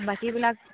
বাকীবিলাক